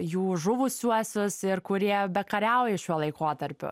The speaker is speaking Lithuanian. jų žuvusiuosius ir kurie bekariauja šiuo laikotarpiu